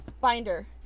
binder